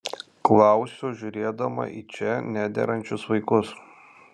klausiu žiūrėdama į čia nederančius vaikus